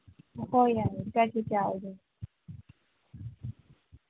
ꯍꯣꯏ ꯌꯥꯏꯌꯦ dry cake ꯀꯌꯥ ꯑꯣꯏꯗꯣꯏꯅꯣ